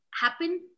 happen